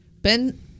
Ben